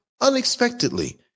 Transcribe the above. unexpectedly